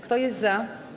Kto jest za?